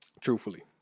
truthfully